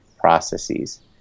processes